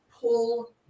pull